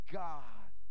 god